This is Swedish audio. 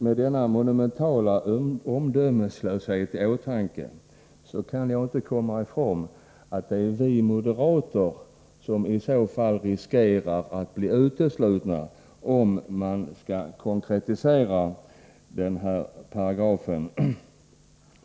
Med denna monumentala omdömeslöshet i åtanke kan jag inte komma ifrån att vi moderater riskerar att bli uteslutna, om man skall konkretisera den här paragrafen i stadgarna.